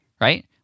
right